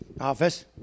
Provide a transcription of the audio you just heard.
office